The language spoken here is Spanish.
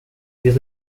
pies